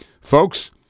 Folks